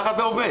ככה זה עובד.